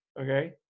okay